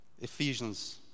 Ephesians